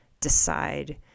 decide